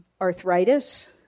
arthritis